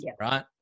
Right